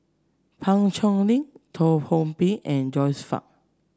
Pan Cheng Lui Teo Ho Pin and Joyce Fan